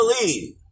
believe